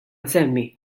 insemmi